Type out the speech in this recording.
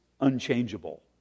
unchangeable